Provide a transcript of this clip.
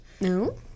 No